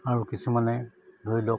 আৰু কিছুমানে ধৰি লওক